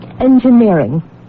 Engineering